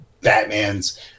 Batman's